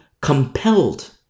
compelled